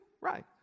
Right